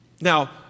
Now